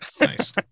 Nice